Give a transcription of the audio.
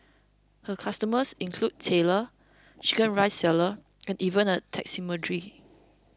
her customers include tailor Chicken Rice sellers and even a taxidermist